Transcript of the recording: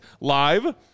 live